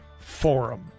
Forum